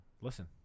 listen